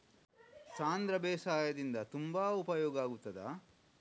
ಸಾಂಧ್ರ ಬೇಸಾಯದಿಂದ ತುಂಬಾ ಉಪಯೋಗ ಆಗುತ್ತದಾ?